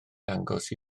dangos